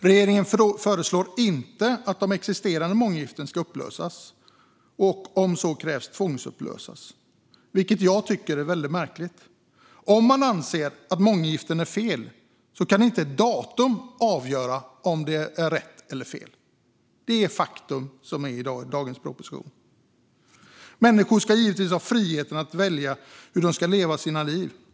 Regeringen föreslår inte att existerande månggiften ska upplösas och om så krävs tvångsupplösas, vilket jag tycker är väldigt märkligt. Om man anser att månggiften är fel kan inte ett datum avgöra om det är rätt eller fel. Det är ett faktum i dagens proposition. Människor ska givetvis ha frihet att välja hur de ska leva sina liv.